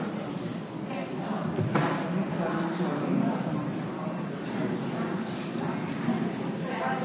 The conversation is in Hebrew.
לקריאה שנייה ולקריאה שלישית,